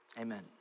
amen